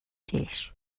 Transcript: dish